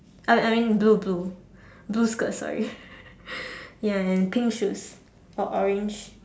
uh I mean blue blue blue skirt sorry ya and pink shoes or orange